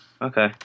Okay